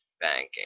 banking